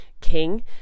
king